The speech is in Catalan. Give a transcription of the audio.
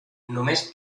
només